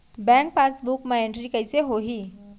Bank passbook मा entry कइसे होही?